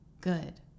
good